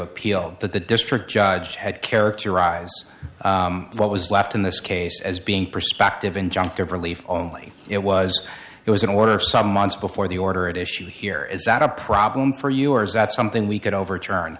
appealed that the district judge had characterize what was left in this case as being perspective injunctive relief only it was it was an order of some months before the order at issue here is that a problem for you or is that something we could overturn